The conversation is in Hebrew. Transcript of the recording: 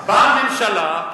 באה הממשלה,